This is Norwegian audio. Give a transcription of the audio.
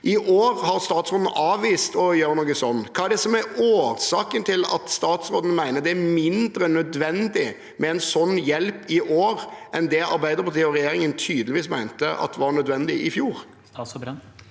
I år har statsråden avvist å gjøre noe slikt. Hva er årsaken til at statsråden mener det er mindre nødvendig med en sånn hjelp i år enn det Arbeiderpartiet og regjeringen tydeligvis mente var nødvendig i fjor?